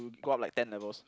go up like ten levels